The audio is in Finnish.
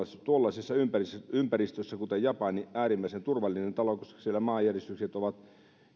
tuollaisessa ympäristössä ympäristössä kuten japani äärimmäisen turvallinen talo koska siellä maanjäristykset ovat